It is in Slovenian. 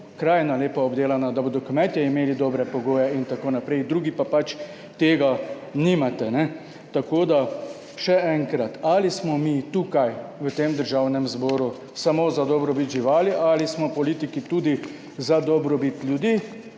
krajina lepo obdelana, da bodo kmetje imeli dobre pogoje in tako naprej, drugi pa tega nimate. Tako da, še enkrat, ali smo mi tukaj v tem Državnem zboru samo za dobrobit živali ali smo politiki tudi za dobrobit ljudi.